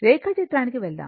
రేఖాచిత్రానికి వెళ్దాం